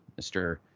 Mr